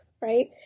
Right